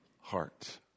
heart